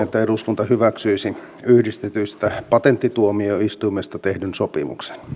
että eduskunta hyväksyisi yhdistetystä patenttituomioistuimesta tehdyn sopimuksen